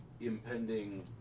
impending